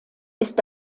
ist